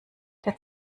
der